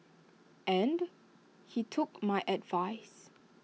and he took my advice